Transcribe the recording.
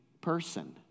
person